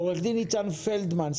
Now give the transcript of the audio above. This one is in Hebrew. עו"ד ניצן פלדמן,